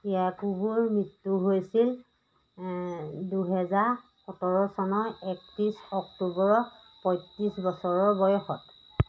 য়াকুবুৰ মৃত্যু হৈছিল দুহেজাৰ সোতৰ চনৰ একত্ৰিছ অক্টোবৰত পঁয়ত্ৰিছ বছৰ বয়সত